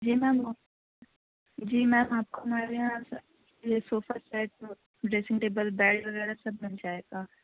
جی ma'am وہ جی ma'am آپ کو ہمارے یہاں سے جی sofa set dressing table bed وغیرہ سب بن جائے گا